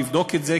גם לבדוק את זה,